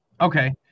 Okay